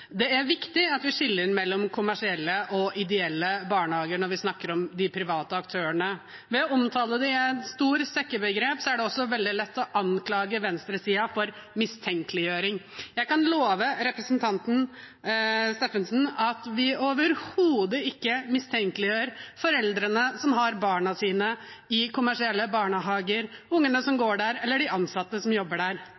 Det er viktig at vi skiller mellom kommersielle og ideelle barnehager når vi snakker om de private aktørene. Ved å omtale dem ved hjelp av et stort sekkebegrep er det også veldig lett å anklage venstresiden for mistenkeliggjøring. Jeg kan love representanten Steffensen at vi overhodet ikke mistenkeliggjør foreldrene som har barna sine i kommersielle barnehager, ungene som